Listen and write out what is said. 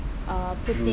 ah putting